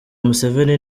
museveni